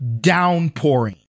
downpouring